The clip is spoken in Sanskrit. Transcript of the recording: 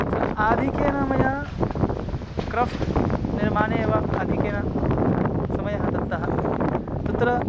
अत्र आधिक्येन मया क्राफ़्ट् निर्माणे एव अधिकेन समयः दत्तः तत्र